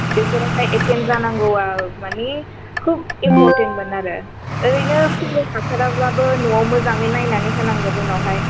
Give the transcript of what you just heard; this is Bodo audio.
बेफोरावहाय एटेन्ड जानांगौआ माने खुब इमपरटेन्टमोन आरो ओरैनो हाथाराब्लाबो न'आव मोजाङै नायनानै होनांगोन उनावहाय